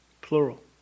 plural